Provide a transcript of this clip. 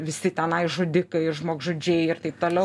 visi tenai žudikai žmogžudžiai ir taip toliau